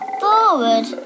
forward